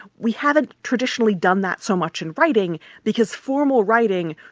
we haven't traditionally done that so much in writing because formal writing,